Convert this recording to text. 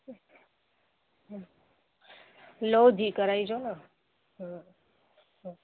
लओ धी कराई जो ना हा